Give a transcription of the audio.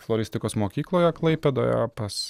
floristikos mokykloje klaipėdoje pas